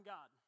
God